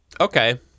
Okay